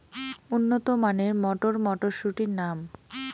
উন্নত মানের মটর মটরশুটির নাম?